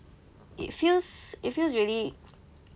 it feels it feels really